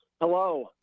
Hello